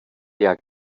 der